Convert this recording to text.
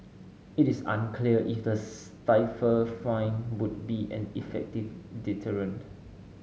it is unclear if the stiffer fine would be an effective deterrent